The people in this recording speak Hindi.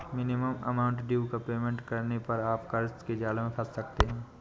मिनिमम अमाउंट ड्यू का पेमेंट करने पर आप कर्ज के जाल में फंस सकते हैं